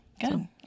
Good